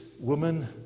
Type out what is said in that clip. woman